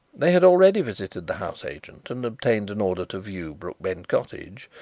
they had already visited the house agent and obtained an order to view brookbend cottage,